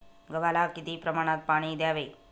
गव्हाला किती प्रमाणात पाणी द्यावे?